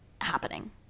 happening